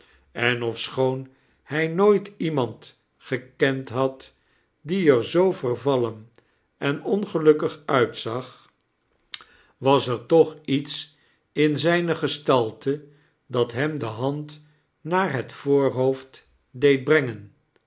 en ofschoon hij nooit iemand gekend had die er zoo vervallen en ongelukkig uitzag was er toch iets in zijne gestalte dat hem de hand naar het voorhoofd deed brengen